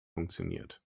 funktioniert